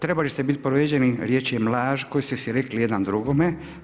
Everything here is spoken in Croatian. Trebali ste biti povrijeđeni riječju laž koju ste si rekli jedan drugome.